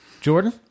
Jordan